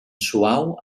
suau